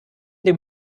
dem